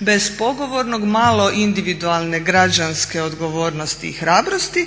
bespogovornog, malo individualne građanske odgovornosti i hrabrosti,